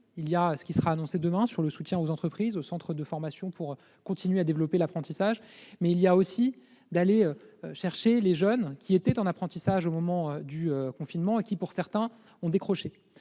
outre ce qui sera annoncé demain sur le soutien aux entreprises et aux centres de formation pour continuer à développer l'apprentissage, nous devons aussi aller chercher les jeunes qui étaient en apprentissage au moment du confinement et qui, pour certains, ont décroché.